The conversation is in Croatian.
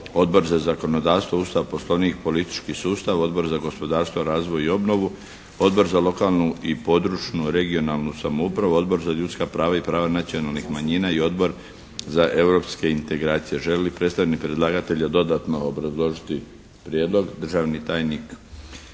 Odbor za zakonodavstvo, Ustav, poslovnik, politički sustav, Odbor za gospodarstvo, razvoj i obnovu, Odbor za lokalnu i područnu (regionalnu) samoupravu, Odbor za ljudska prava i prava nacionalnih manjina i Odbor za europske integracije. Želi li predstavnik predlagatelja dodatno obrazložiti prijedlog? Državni tajnik